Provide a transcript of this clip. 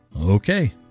Okay